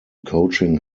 coaching